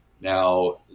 Now